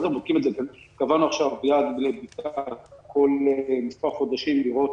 קבענו עכשיו יעד לבדיקה כל מספר חודשים, לראות